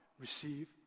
Receive